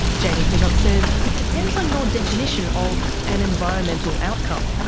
jamie pittock says it depends on your definition of an environmental outcome.